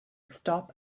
stop